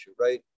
right